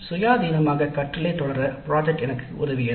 சுயாதீனமான கற்றலைத் தொடர திட்டப்பணி எனக்கு உதவியது